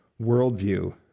worldview